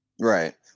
Right